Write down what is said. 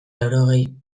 laurogei